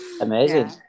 amazing